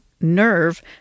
nerve